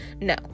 No